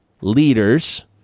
leaders